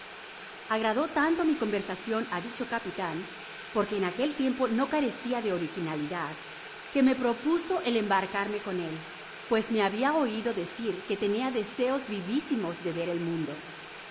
agradó tanto mi conversacion á dicho capitan porque en aquel tiempo no carecia de originalidad que me propuso el embarcarme con él pues me habia oido decir que tenia deseos vivisimos de t ver el mundo